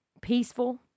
Peaceful